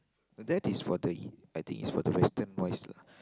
that is further in I think is further is ten points lah